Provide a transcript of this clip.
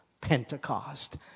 Pentecost